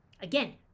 Again